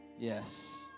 Yes